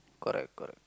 correct correct